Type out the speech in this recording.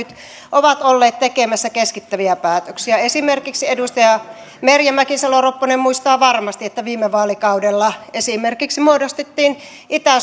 ovat olleet tekemässä keskittäviä päätöksiä esimerkiksi edustaja merja mäkisalo ropponen muistaa varmasti että viime vaalikaudella esimerkiksi muodostettiin itä